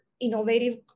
innovative